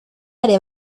haré